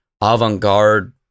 avant-garde